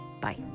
Bye